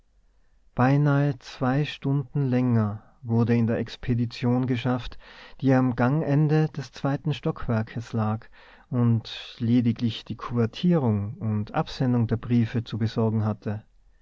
beinahe zwei stunden länger wurde in der expedition geschafft die am gangende des zweiten stockwerkes lag und lediglich die kuvertierung und absendung der briefe zu besorgen hatte